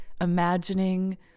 imagining